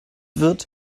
wird